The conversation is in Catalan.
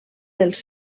dels